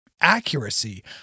accuracy